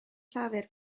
llafur